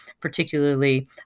particularly